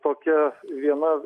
tokia viena